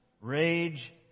rage